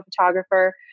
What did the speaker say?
photographer